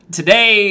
today